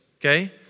okay